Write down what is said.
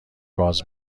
باز